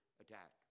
attack